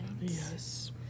Yes